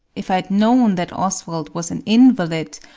if i'd known that oswald was an invalid,